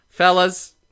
Fellas